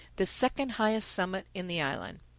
the second highest summit in the island.